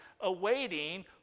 awaiting